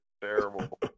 terrible